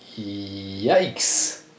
yikes